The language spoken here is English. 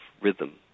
rhythm